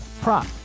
prop